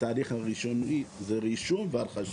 התהליך הראשוני זה רישום והרכשה.